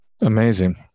Amazing